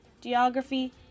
geography